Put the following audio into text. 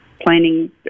planning